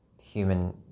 human